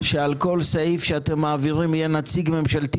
שעל כל סעיף שאתם מעבירים יהיה נציג ממשלתי